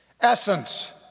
essence